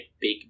big